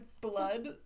blood